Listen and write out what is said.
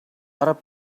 arab